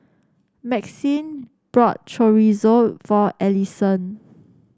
Maxine bought Chorizo for Ellison